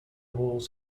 walls